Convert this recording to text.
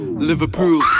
Liverpool